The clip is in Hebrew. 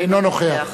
אינו נוכח